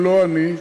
לא אני,